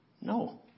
No